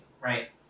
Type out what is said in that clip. right